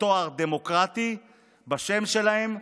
בתואר דמוקרטי בשם שלהן,